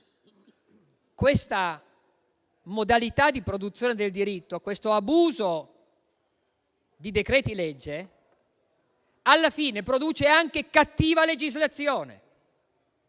questa modalità di produzione del diritto, l'abuso di decreti-legge, alla fine produce anche cattiva legislazione: